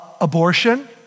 abortion